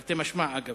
תרתי משמע, אגב.